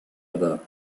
other